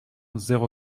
zéro